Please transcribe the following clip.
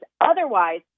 Otherwise